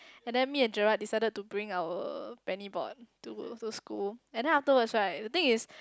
and then me and Jerad decided to bring our penny board to to school and then afterwards right the thing is